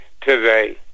today